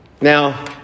Now